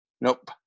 Nope